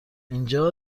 اینجا